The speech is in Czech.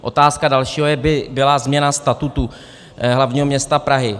Otázka dalšího by byla změna statutu hlavního města Prahy.